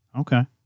Okay